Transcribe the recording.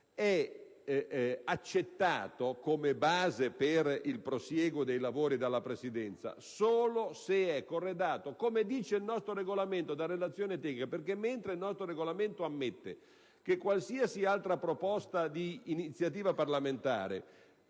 è accettato come base per il prosieguo dei lavori dalla Presidenza solo se è corredato - come stabilisce il nostro Regolamento - da relazione tecnica. Mentre il nostro Regolamento ammette che qualsiasi altra proposta d'iniziativa parlamentare